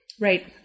Right